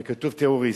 וכתוב "טרוריסטים"